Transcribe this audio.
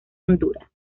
honduras